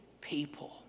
people